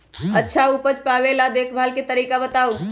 अच्छा उपज पावेला देखभाल के तरीका बताऊ?